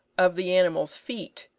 of the animal's feet,